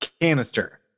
canister